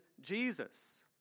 Jesus